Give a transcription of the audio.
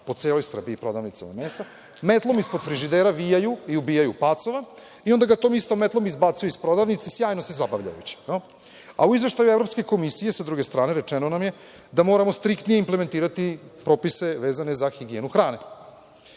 po celoj Srbiji, prodavnicama mesa, metlom ispod frižidera vijaju i ubijaju pacova i onda ga tom istom metlom izbacuju iz prodavnice, sjajno se zabavljajući.U izveštaju Evropske komisije, sa druge strane, rečeno nam je da moramo striktnije implementirati propisane vezane za higijenu hrane.